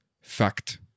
fact